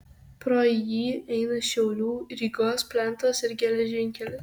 pro jį eina šiaulių rygos plentas ir geležinkelis